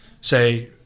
say